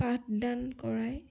পাঠদান কৰাই